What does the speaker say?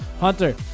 Hunter